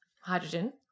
hydrogen